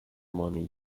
money